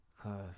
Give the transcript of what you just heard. Cause